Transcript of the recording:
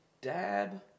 dab